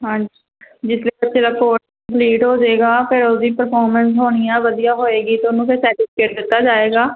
ਹਾਂਜੀ ਜਿਸ ਵੇਲੇ ਤੇਰਾ ਕੋਰਸ ਕੰਪਲੀਟ ਹੋ ਜਾਏਗਾ ਫਿਰ ਉਹਦੀ ਪਰਫੋਰਮੈਂਸ ਹੋਣੀ ਆ ਵਧੀਆ ਹੋਏਗੀ ਤੁਹਾਨੂੰ ਫਿਰ ਸਰਟੀਫਿਕੇਟ ਦਿੱਤਾ ਜਾਏਗਾ